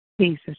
Jesus